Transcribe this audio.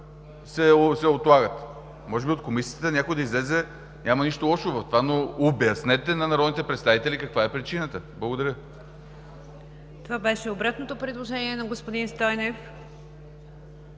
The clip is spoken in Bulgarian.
се отлагат. Може би от Комисията някой да излезе, няма нищо лошо в това, но обяснете на народните представители каква е причината. Благодаря. ПРЕДСЕДАТЕЛ НИГЯР ДЖАФЕР: Това беше обратното предложение на господин Стойнев.